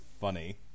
funny